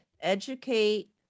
educate